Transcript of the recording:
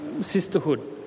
sisterhood